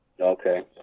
Okay